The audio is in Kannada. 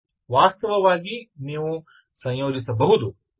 ವಾಸ್ತವವಾಗಿ ನೀವು ಸಂಯೋಜಿಸಬಹುದು